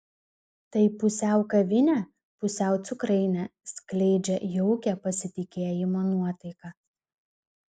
tai pusiau kavinė pusiau cukrainė skleidžia jaukią pasitikėjimo nuotaiką